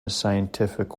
scientific